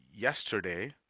yesterday